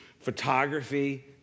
photography